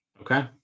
okay